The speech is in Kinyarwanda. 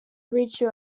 radio